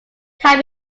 can